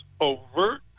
overt